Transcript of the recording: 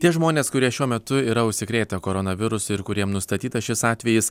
tie žmonės kurie šiuo metu yra užsikrėtę koronavirusu ir kuriem nustatytas šis atvejis